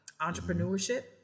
entrepreneurship